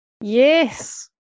Yes